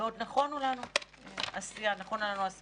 ועוד נכונה לנו עשייה מרובה.